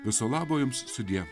viso labo jums sudie